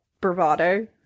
bravado